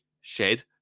shed